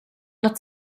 not